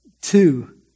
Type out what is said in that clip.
two